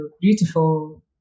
beautiful